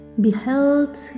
beheld